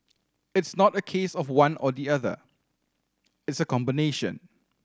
it's not a case of one or the other it's a combination